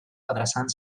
adreçant